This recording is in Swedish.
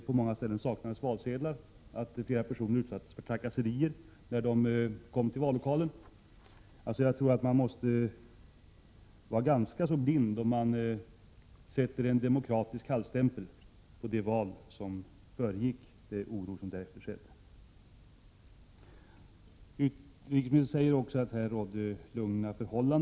På många ställen saknades valsedlar, och flera personer utsattes för trakasserier när de kom till vallokalen. Man måste vara ganska blind om man sätter en demokratisk hallstämpel på det val som föregick de oroligheter som har ägt rum i Senegal. Utrikesministern säger också i sitt svar att förhållandena i landet var lugna.